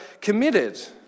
committed